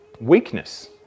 weakness